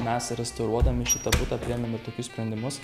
mes restauruodami šitą butą priėmėme tokius sprendimus